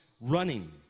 running